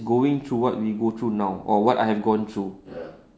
going through what we go through now or what I have gone through